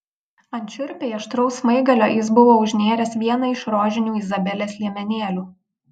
ant šiurpiai aštraus smaigalio jis buvo užnėręs vieną iš rožinių izabelės liemenėlių